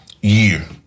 year